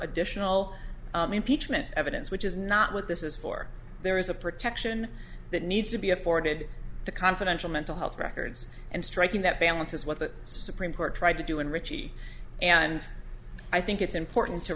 additional impeachment evidence which is not what this is for there is a protection that needs to be afforded to confidential mental health records and striking that balance is what the supreme court tried to do in richie and i think it's important to